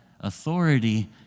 authority